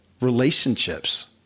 Relationships